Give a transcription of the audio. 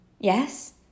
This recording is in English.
Yes